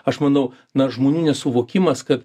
aš manau na žmonių nesuvokimas kad